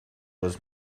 was